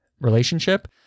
relationship